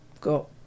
go